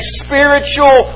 spiritual